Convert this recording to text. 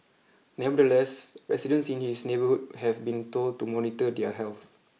nevertheless residents in his neighbourhood have been told to monitor their health